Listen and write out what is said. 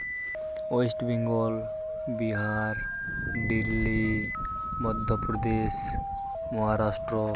West Bengal Bihar Delhi Madhya Pradesh Maharashtra